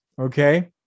Okay